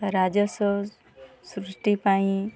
ରାଜସ୍ୱ ସୃଷ୍ଟି ପାଇଁ